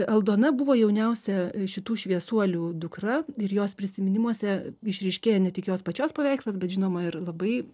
aldona buvo jauniausia šitų šviesuolių dukra ir jos prisiminimuose išryškėja ne tik jos pačios paveikslas bet žinoma ir labai